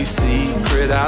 secret